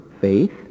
faith